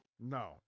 No